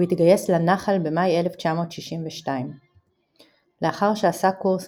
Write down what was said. הוא התגייס לנח"ל במאי 1962. לאחר שעשה קורס